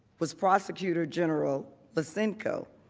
was prosecutor general lutsenko.